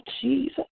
Jesus